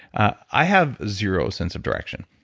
i have zero sense of direction.